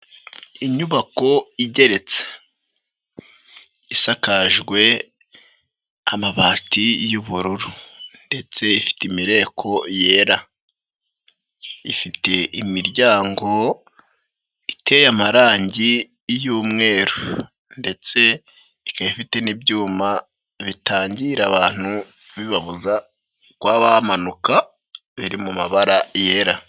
Inyubako igeretse isakajwe amabati y'ubururu ndetse ifite imireko yera, ifite imiryango iteye amarangi y'umweru ndetse ikaba ifite n'ibyuma bitangira abantu bibabuza kuba bamanuka biri mu mabara yera.